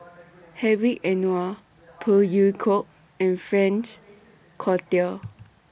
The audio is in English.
Hedwig Anuar Phey Yew Kok and Frank Cloutier